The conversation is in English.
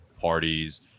parties